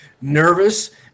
nervous